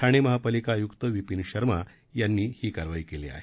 ठाणे महापालिका आय्क्त विपीन शर्मा यांनी ही कारवाई केली आहे